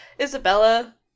Isabella